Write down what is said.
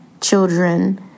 children